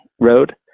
Road